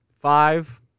five